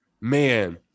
man